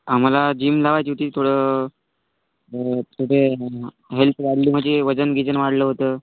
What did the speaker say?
आम्हाला जिम लावायची होती थोडं थोडे हेल्थ वाढली म्हणजे वजन गिजन वाढलं होतं